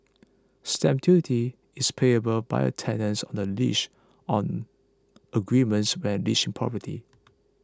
stamp duty is payable by a tenant on the lease on agreement when leasing property